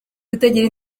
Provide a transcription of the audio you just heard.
kutagira